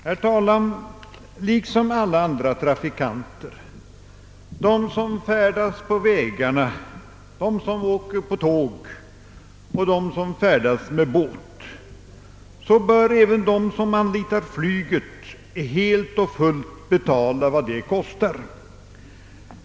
Herr talman! Liksom alla andra trafikanter — de som färdas på vägarna, de som åker låg och de som färdas med båt — bör även de som anlitar flyget helt och fullt betala vad det kostar.